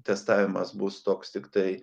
testavimas bus toks tiktai